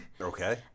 Okay